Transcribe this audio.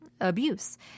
abuse